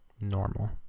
normal